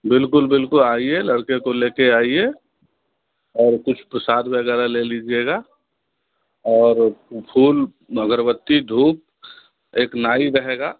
बिल्कुल बिल्कुल आइए लड़के को ले कर आइए और कुछ प्रसाद वग़ैरह ले लीजिएगा और फूल अगरबत्ती धूप एक नाई रहेगा